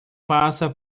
passa